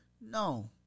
No